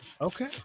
Okay